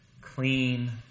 clean